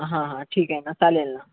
हां हां ठीक आहे ना चालेल ना